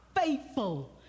faithful